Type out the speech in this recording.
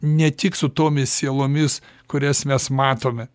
ne tik su tomis sielomis kurias mes matome